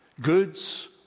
goods